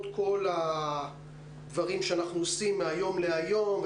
כל הדברים שאנחנו עושים מהיום להיום,